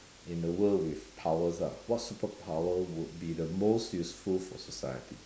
in a world with powers ah what superpower would be the most useful for society